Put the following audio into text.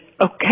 Okay